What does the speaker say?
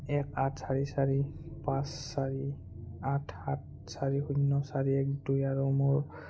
এক আঠ চাৰি চাৰি পাঁচ চাৰি আঠ সাত চাৰি শূন্য চাৰি এক দুই আৰু মোৰ